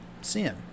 Sin